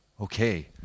okay